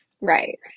Right